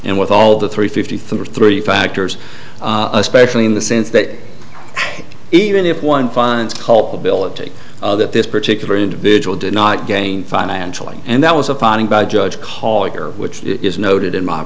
and with all the three fifty three factors especially in the sense that even if one finds culpability that this particular individual did not gain financially and that was a finding by judge hall which is noted in my